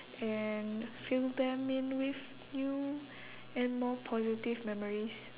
and fill them in with new and more positive memories